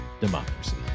Democracy